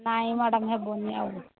ନାଇଁ ମ୍ୟାଡମ୍ ହେବନି ଆଉ